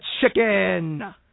Chicken